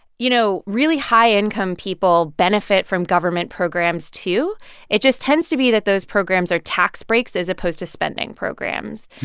you know, really high-income people benefit from government programs, too. it just tends to be that those programs are tax breaks as opposed to spending programs.